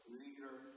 leader